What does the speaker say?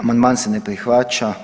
Amandman se ne prihvaća.